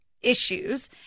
issues